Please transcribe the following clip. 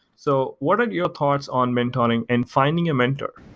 so what are your thoughts on mentoring and finding a mentor?